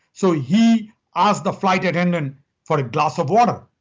so he asked the flight attendant for a glass of water